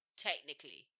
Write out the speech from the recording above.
technically